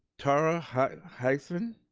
tara heissen,